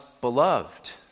beloved